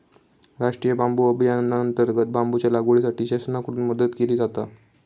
राष्टीय बांबू अभियानांतर्गत बांबूच्या लागवडीसाठी शासनाकडून मदत केली जाता